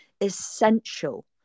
essential